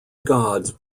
gods